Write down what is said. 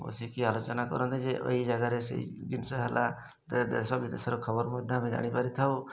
ବସିକି ଆଲୋଚନା କରନ୍ତି ଯେ ଏଇ ଜାଗାରେ ସେଇ ଜିନିଷ ହେଲା ଦେଶ ବିଦେଶର ଖବର ମଧ୍ୟ ଆମେ ଜାଣିପାରିଥାଉ